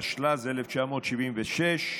התשל"ז 1976,